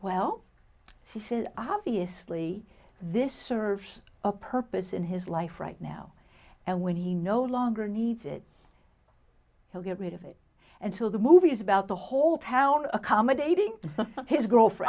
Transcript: well she said obviously this serves a purpose in his life right now and when he no longer needs it he'll get rid of it until the movie's about the whole town accommodating his girl